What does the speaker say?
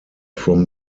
from